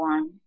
One